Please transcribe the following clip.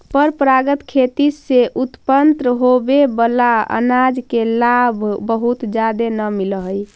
परंपरागत खेती से उत्पन्न होबे बला अनाज के भाव बहुत जादे न मिल हई